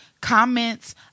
comments